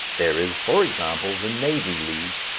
there is, for example, the navy league,